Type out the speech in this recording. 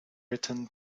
written